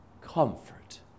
comfort